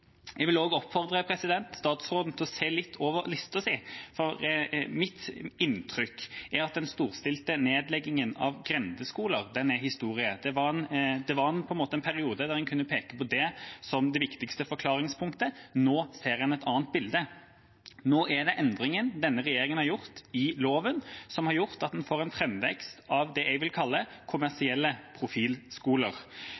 Jeg vil også oppfordre statsråden til å se litt over listen sin, for mitt inntrykk er at den storstilte nedleggingen av grendeskoler er historie. Det var en periode en kunne peke på det som det viktigste forklaringspunktet, men nå ser en et annet bilde. Nå er det endringen som denne regjeringa har gjort i loven, som har gjort at en får en framvekst av det jeg vil kalle